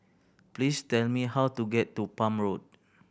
please tell me how to get to Palm Road